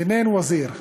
תנֵין וזיר.